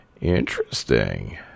interesting